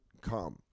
come